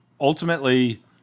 ultimately